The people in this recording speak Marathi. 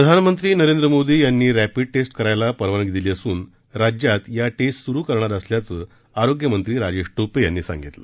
प्रधानमंत्री नरेंद्र मोदी यांनी रॅपिड टेस्ट करायला परवानगी दिली असून राज्यात या टेस्ट सुरू करणार असल्याचे आरोग्यमंत्री राजेश टोपे यांनी सांगितले